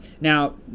Now